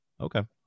Okay